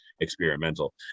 experimental